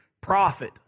Profit